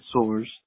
source